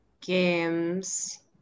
games